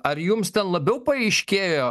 ar jums labiau paaiškėjo